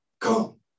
come